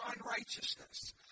unrighteousness